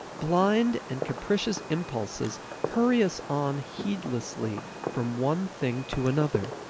blind and capricious impulses hurry us on heedlessly from one thing to another.